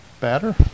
batter